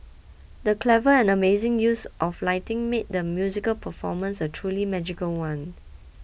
the clever and amazing use of lighting made the musical performance a truly magical one